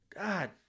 God